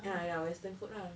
ya ya western food lah